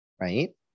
right